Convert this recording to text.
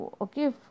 okay